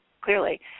clearly